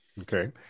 okay